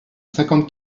cinquante